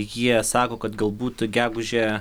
jie sako kad galbūt gegužę